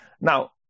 Now